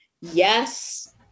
yes